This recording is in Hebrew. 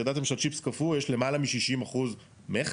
ידעתם שעל צ'יפס קפוא יש למעלה מ-60% מכס?